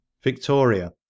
Victoria